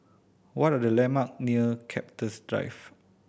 what are the landmark near Cactus Drive